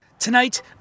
Tonight